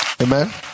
amen